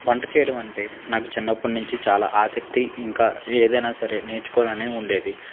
వంట చేయడం అంటే నాకు చిన్నప్పుడు నుంచి చాలా ఆసక్తి ఇంకా ఏదైనా సరే నేర్చుకోవాలని ఉండేది